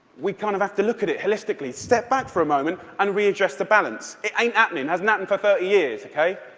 we kind of have to look at it holistically step back for a moment, and re-address the balance. it i mean hasn't happened for thirty years, ok?